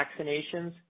vaccinations